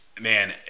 man